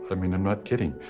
i mean i'm not kidding,